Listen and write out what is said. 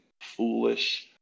foolish